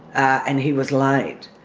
and he was like